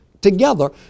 together